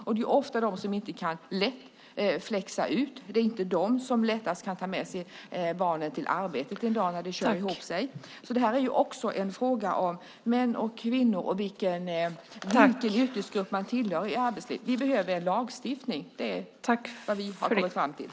Det är ju ofta de som inte så lätt kan flexa ut. Det är inte de som lättast kan ta med sig barnen till arbetet en dag när det kör ihop sig. Det är också en fråga om män och kvinnor och vilken yrkesgrupp man tillhör. Vi behöver en lagstiftning. Det är vad vi har kommit fram till.